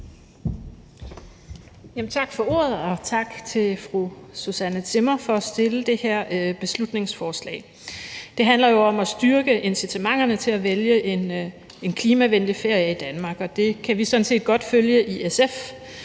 Tak for ordet, og tak til fru Susanne Zimmer for at fremsætte det her beslutningsforslag. Det handler jo om at styrke incitamenterne til at vælge en klimavenlig ferie i Danmark, og det kan vi sådan set godt følge i SF,